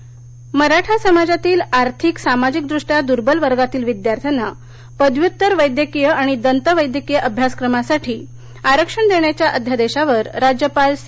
आरक्षण मराठा समाजातील आर्थिक सामाजिकदृष्ट्या दुर्बल वर्गातील विद्यार्थ्यांना पदव्युत्तर वैद्यकीय आणि दान्तावैद्याकीय अभ्यासक्रमासाठी आरक्षण दख्विच्या अध्यादध्विर राज्यपाल सी